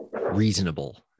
reasonable